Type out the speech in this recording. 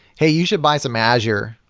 hey, you should buy some azure.